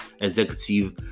executive